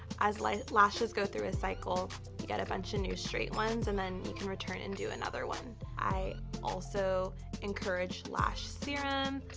as like lashes go through a cycle, you get a bunch of new straight ones, and then you can return and do another one. i also encourage lash serum,